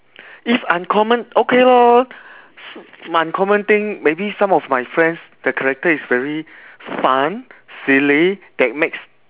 if uncommon okay lor s~ my uncommon thing maybe some of my friends their character is really fun silly that makes